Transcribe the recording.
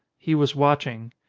he was watching.